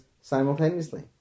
simultaneously